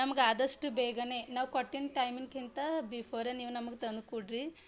ನಮ್ಗೆ ಆದಷ್ಟು ಬೇಗನೆ ನಾವು ಕೊಟ್ಟಿದ್ ಟೈಮಿನ್ಕಿಂತ ಬಿಫೋರೆ ನೀವು ನಮ್ಗೆ ತಂದುಕೊಡ್ರಿ